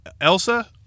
Elsa